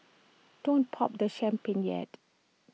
don't pop the champagne yet